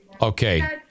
Okay